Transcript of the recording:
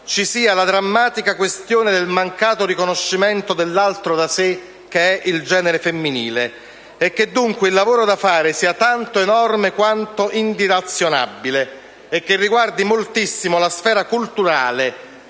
ci sia la drammatica questione del mancato riconoscimento dell'altro da sé che è il genere femminile e che dunque il lavoro da fare sia tanto enorme quanto indilazionabile e che riguardi moltissimo la sfera culturale,